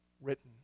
written